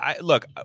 Look